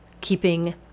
keeping